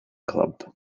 club